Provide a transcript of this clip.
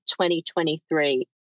2023